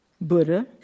Buddha